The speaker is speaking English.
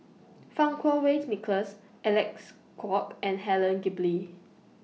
Fang Kuo Wei's Nicholas Alec's Kuok and Helen Gilbey